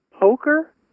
poker